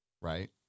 right